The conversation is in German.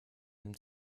nimmt